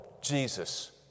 Jesus